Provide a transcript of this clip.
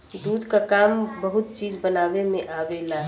दूध क काम बहुत चीज बनावे में आवेला